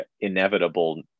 inevitable